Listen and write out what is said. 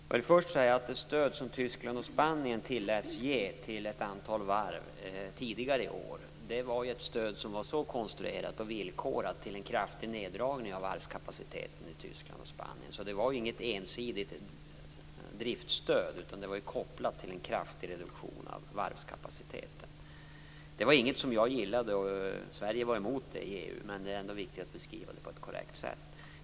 Fru talman! Jag vill först säga att det stöd som Tyskland och Spanien tilläts ge till ett antal varv tidigare i år var villkorat till en kraftig neddragning av varvskapaciteten i Tyskland och Spanien. Det var inget ensidigt driftsstöd, utan det var kopplat till en kraftig reduktion av varvskapaciteten. Det var inget som jag gillade, och Sverige var emot det i EU. Men det är ändå viktigt att beskriva det på ett korrekt sätt.